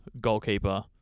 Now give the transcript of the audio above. Goalkeeper